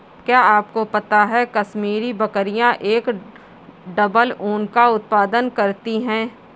क्या आपको पता है कश्मीरी बकरियां एक डबल ऊन का उत्पादन करती हैं?